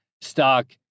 stock